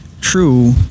true